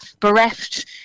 bereft